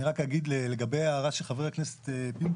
אני רק אגיד לגבי ההערה של חבר הכנסת פינדרוס,